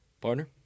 Partner